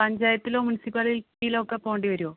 പഞ്ചായത്തിലോ മുൻസിപ്പാലിറ്റീയിൽ ഒക്കെ പോകേണ്ടി വരുമൊ